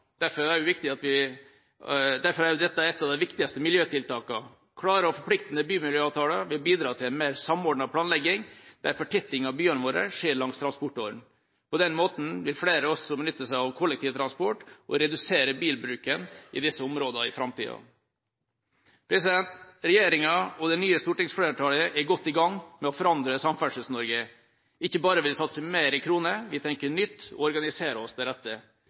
Derfor er dette et av de viktigste miljøtiltakene. Klare og forpliktende bymiljøavtaler vil bidra til mer samordnet planlegging der fortetting av byene våre skjer langs transportårene. På den måten vil flere også benytte seg av kollektiv transport og redusere bilbruken i disse områdene i framtida. Regjeringa og det nye stortingsflertallet er godt i gang med å forandre Samferdsels-Norge. Ikke bare vil vi satse mer i kroner, vi tenker nytt og organiserer oss